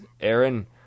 Aaron